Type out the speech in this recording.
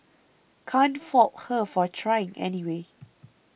can't fault her for trying anyway